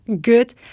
good